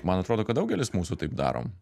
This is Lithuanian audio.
man atrodo kad daugelis mūsų taip darom